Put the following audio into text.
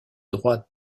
droite